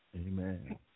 Amen